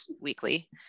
weekly